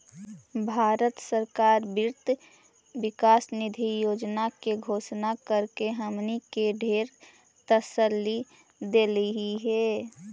भारत सरकार वित्त विकास निधि योजना के घोषणा करके हमनी के ढेर तसल्ली देलई हे